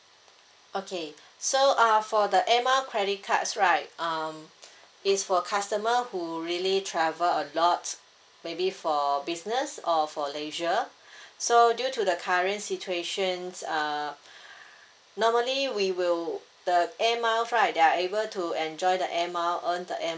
okay so uh for the air mile credit cards right um it's for customer who really travel a lot maybe for business or for leisure so due to the current situation uh normally we will the air mile right they are able to enjoy the air mile earn the air mile